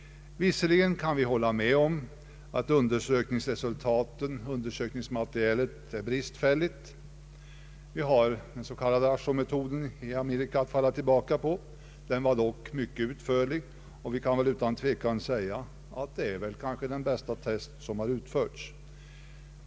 Visserligen kan vi hålla med om att undersökningsmaterialet är bristfälligt. Den s.k. AASHO-testen i Amerika, som vi har att falla tillbaka på, är dock mycket utförlig, och den är utan tvekan den bästa test som utförts.